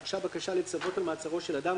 הוגשה בקשה לצוות על מעצרו של אדם,